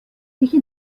یکی